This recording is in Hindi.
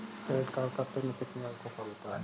क्रेडिट कार्ड का पिन कितने अंकों का होता है?